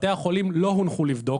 בתי החולים לא הונחו לבדוק.